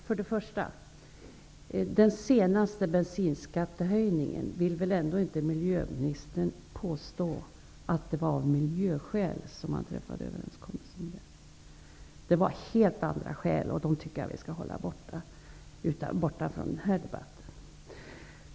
För det första: Miljöministern vill väl ändå inte påstå att det var av miljöskäl man träffade överenskommelsen om den senaste bensinskattehöjningen? Det var av helt andra skäl, och de tycker jag att vi skall hålla borta från den här debatten.